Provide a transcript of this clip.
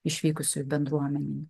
išvykusiųjų bendruomenėj